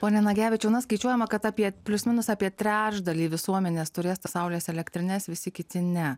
pone nagevičiau na skaičiuojama kad apie plius minus apie trečdalį visuomenės turės tas saulės elektrines visi kiti ne